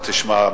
תשמע,